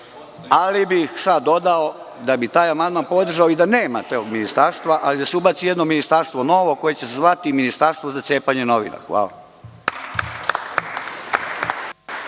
ali bih sada dodao da bih taj amandman podržao i da nema tog ministarstva, ali da se ubaci jedno novo ministarstvo koje će se zvati ministarstvo za cepanje novina. Hvala.(Zoran